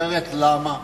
אחרת למה?